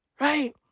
Right